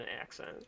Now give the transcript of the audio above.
accent